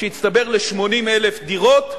שהצטבר ל-80,000 דירות.